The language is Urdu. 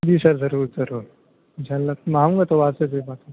جی سر ضرور ضرور انشاء اللہ میں آؤں گا تو آپ سے بھی بات ہو